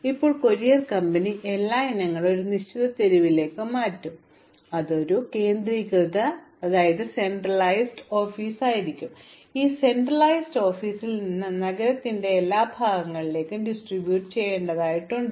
ഇപ്പോൾ courier company എല്ലാ ഇനങ്ങളും ഒരു നിശ്ചിത തെരുവിലേക്ക് മാറ്റും അതൊരു കേന്ദ്രീകൃത ഓഫീസായിരുന്നു ഈ കേന്ദ്രീകൃത ഓഫീസിൽ നിന്ന് നഗരത്തിന്റെ എല്ലാ ഭാഗങ്ങളിലും വിതരണം ചെയ്യേണ്ടതുണ്ട്